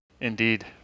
Indeed